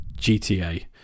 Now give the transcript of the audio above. GTA